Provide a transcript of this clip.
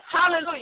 hallelujah